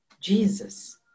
Jesus